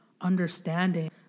understanding